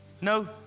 No